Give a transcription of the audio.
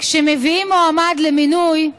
כשמביאים מועמד למינוי,